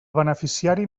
beneficiari